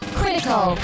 critical